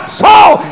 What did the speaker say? soul